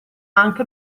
anche